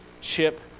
Chip